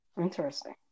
Interesting